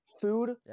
food